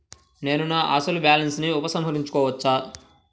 నేను నా అసలు బాలన్స్ ని ఉపసంహరించుకోవచ్చా?